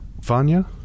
Vanya